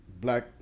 black